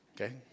okay